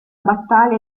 battaglia